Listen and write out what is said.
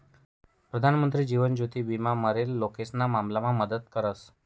प्रधानमंत्री जीवन ज्योति विमा मरेल लोकेशना मामलामा मदत करस